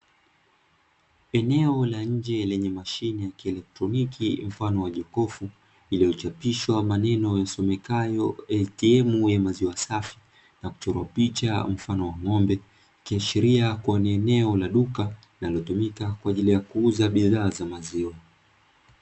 Eneo la nje lenye mashine ya ikielektroniki mfano wa jokofu; iliyochapishwa maneno yasomekayo "ATM ya maziwa safi" na kuchorwa picha mfano wa ng'ombe ikiashiria kua ni eneo la duka, linalotumika kwaajili ya kuuza bidhaa za maziwa.